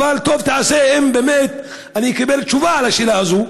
אבל טוב תעשה אם באמת אקבל תשובה על השאלה הזאת,